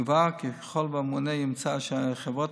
יובהר כי ככל שהממונה ימצא שחברות